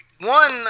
One